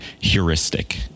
heuristic